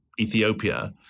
Ethiopia